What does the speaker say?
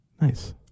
Nice